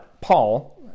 Paul